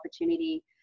opportunity